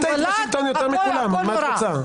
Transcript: יוליה, את היית בשלטון יותר מכולם, מה את רוצה?